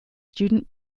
student